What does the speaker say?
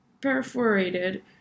perforated